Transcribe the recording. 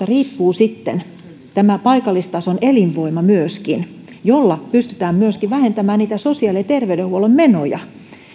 riippuu sitten myöskin tämä paikallistason elinvoima jolla pystytään myöskin vähentämään niitä sosiaali ja terveydenhuollon menoja